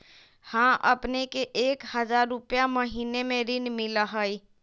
हां अपने के एक हजार रु महीने में ऋण मिलहई?